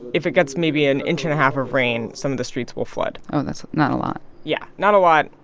if it gets maybe an inch and a half of rain, some of the streets will flood oh, that's not a lot yeah, not a lot.